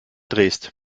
drehst